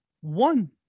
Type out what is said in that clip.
One